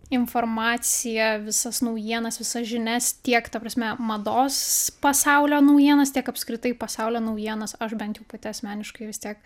informaciją visas naujienas visas žinias tiek ta prasme mados pasaulio naujienas tiek apskritai pasaulio naujienas aš bent jau pati asmeniškai vis tiek